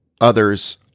others